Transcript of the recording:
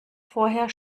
vorher